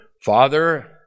father